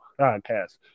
Podcast